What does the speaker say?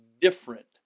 different